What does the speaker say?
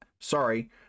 Sorry